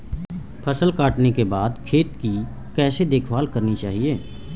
फसल काटने के बाद खेत की कैसे देखभाल करनी चाहिए?